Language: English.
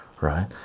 right